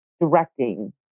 directing